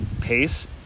pace